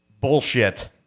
bullshit